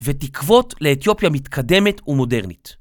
ותקוות לאתיופיה מתקדמת ומודרנית.